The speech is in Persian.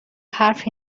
حرفی